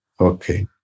Okay